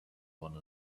one